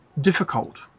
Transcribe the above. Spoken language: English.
difficult